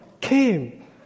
came